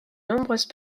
nombreuses